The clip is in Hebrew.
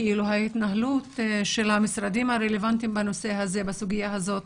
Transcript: ההתנהלות של המשרדים הרלוונטיים בסוגיה הזאת.